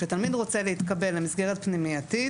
כשתלמיד רוצה להתקבל למסגרת פנימייתית